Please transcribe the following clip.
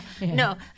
No